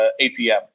ATM